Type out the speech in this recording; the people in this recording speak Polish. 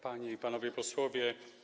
Panie i Panowie Posłowie!